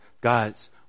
God's